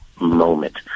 moment